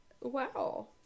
wow